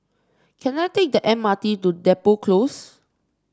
can I take the M R T to Depot Close